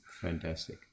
Fantastic